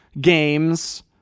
games